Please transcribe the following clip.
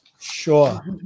Sure